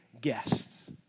guests